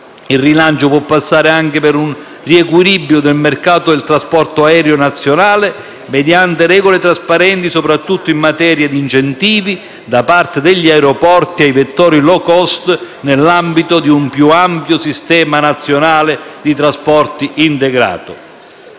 Il rilancio può passare anche per un riequilibrio del mercato del trasporto aereo nazionale mediante regole trasparenti, soprattutto in materia di incentivi da parte degli aeroporti ai vettori *low cost* nell'ambito di un più ampio sistema nazionale di trasporti integrato.